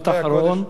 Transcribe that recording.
משפט אחרון.